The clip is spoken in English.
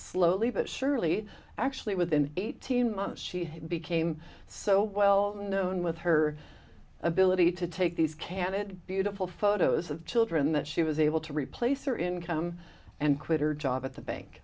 slowly but surely actually within eighteen months she became so well known with her ability to take these can it be a couple photos of children that she was able to replace her income and quit her job at the bank